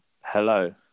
Hello